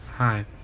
Hi